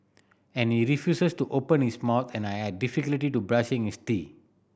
and he refuses to open his mouth and I had to brushing his teeth